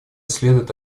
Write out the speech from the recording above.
следует